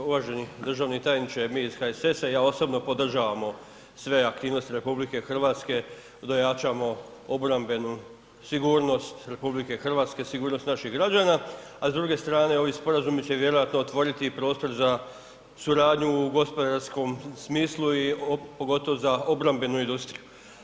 Pa uvaženi državni tajniče, mi iz HSS-a i ja osobno podržavamo sve aktivnosti RH da jačamo obrambenu sigurnost RH, sigurnost naših građana a s druge strane ovi sporazumi će vjerojatno otvoriti i prostor za suradnju u gospodarskom smislu i pogotovo za obrambenu industriju.